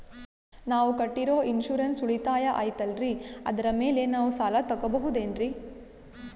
ನಾವು ಕಟ್ಟಿರೋ ಇನ್ಸೂರೆನ್ಸ್ ಉಳಿತಾಯ ಐತಾಲ್ರಿ ಅದರ ಮೇಲೆ ನಾವು ಸಾಲ ತಗೋಬಹುದೇನ್ರಿ?